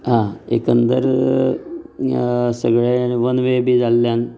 एकंदर सगळें वन व्हे बी जाल्ल्यान